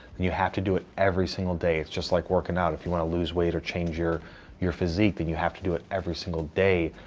you have to do it every single day. it's just like working out. if you want to lose weight or change your your physique, then you have to do it every single day.